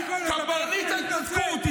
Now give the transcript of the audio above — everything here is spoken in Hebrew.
קברניט ההתנצחות.